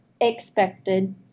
expected